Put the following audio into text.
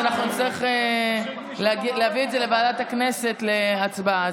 אז נצטרך להעביר את זה לוועדת הכנסת להצבעה.